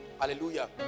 Hallelujah